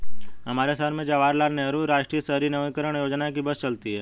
हमारे शहर में जवाहर लाल नेहरू राष्ट्रीय शहरी नवीकरण योजना की बस चलती है